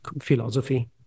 philosophy